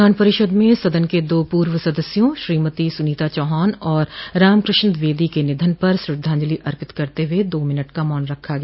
विधान परिषद में सदन के दो पूर्व सदस्यों श्रीमती सुनीता चौहान और रामकृष्ण द्विवेदी के निधन पर श्रद्वाजंलि अर्पित करते हुए दो मिनट का मौन रखा गया